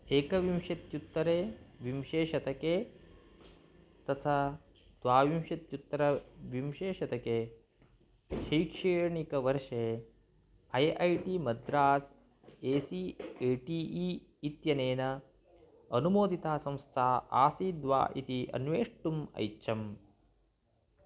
एकविंशत्युत्तरे विंशे शतके तथा द्वाविंशत्युत्तरविंशे शतके शैक्षणिकवर्षे I I T Madras A C A T E इत्यनेन अनुमोदिता संस्था आसीद्वा इति अन्वेष्टुम् ऐच्छम्